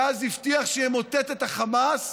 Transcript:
שאז הבטיח שימוטט את החמאס.